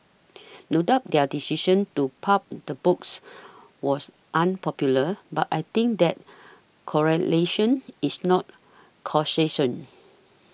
no doubt their decision to pulp the books was unpopular but I think that correlation is not causation